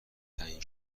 تعیین